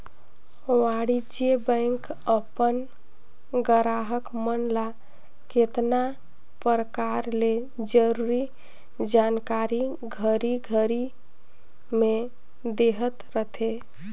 वाणिज्य बेंक अपन गराहक मन ल केतना परकार ले जरूरी जानकारी घरी घरी में देहत रथे